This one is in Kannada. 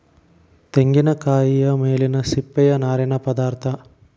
ತೆಂಗಿನಕಾಯಿಯ ಮೇಲಿನ ಸಿಪ್ಪೆಯ ನಾರಿನ ಪದಾರ್ಥ